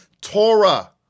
Torah